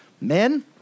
Men